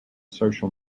social